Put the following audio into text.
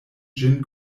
ĝin